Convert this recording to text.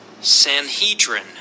Sanhedrin